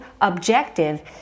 objective